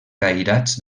cairats